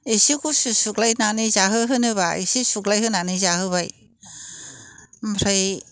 एसे गुसु सुग्लायनानै जाहो होनोब्ला एसे सुग्लाय होननानै जाहोबायय ओमफ्राय